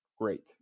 great